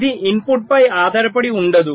ఇది ఇన్పుట్పై ఆధారపడి ఉండదు